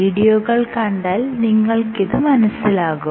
വീഡിയോകൾ കണ്ടാൽ നിങ്ങൾക്ക് ഇത് മനസ്സിലാകും